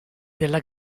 della